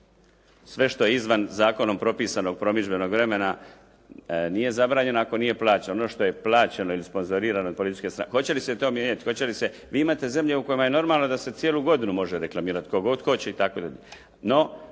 sve što je izvan zakonom propisanog promidžbenog vremena nije zabranjeno ako nije plaćeno. Ono što je plaćeno ili sponzorirano od političke …/Govornik se ne razumije./… Hoće li se to mijenjati? Vi imate zemlje u kojima je normalno da se cijelu godinu može reklamirati tko god hoće itd.